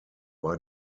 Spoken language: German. war